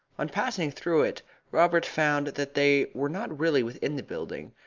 on passing through it robert found that they were not really within the building,